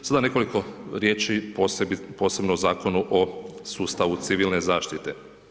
Sada nekoliko riječi posebno o Zakonu o sustavu civilne zaštite.